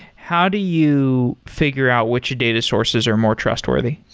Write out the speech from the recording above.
how do you figure out which data sources are more trustworthy?